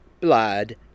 blood